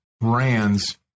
brands